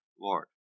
Lord